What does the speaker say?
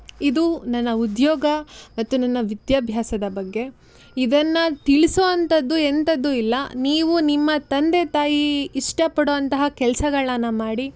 ಇದು ನನ್ನ ಉದ್ಯೋಗ ಮತ್ತು ನನ್ನ ವಿದ್ಯಾಭ್ಯಾಸದ ಬಗ್ಗೆ ಇದನ್ನ ತಿಳಿಸೋ ಅಂತದ್ದು ಎಂಥದ್ದು ಇಲ್ಲ ನೀವು ನಿಮ್ಮ ತಂದೆ ತಾಯಿ ಇಷ್ಟ ಪಡುವಂತಹ ಕೆಲ್ಸಗಳನ್ನ ಮಾಡಿ